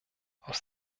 aus